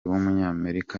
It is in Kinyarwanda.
w’umunyamerika